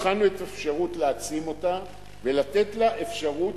בחנו את האפשרות להעצים אותה ולתת לה אפשרות